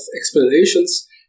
explanations